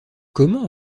comment